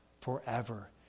forever